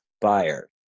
buyer